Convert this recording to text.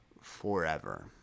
forever